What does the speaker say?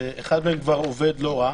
שאחד מהם כבר עובד לא רע.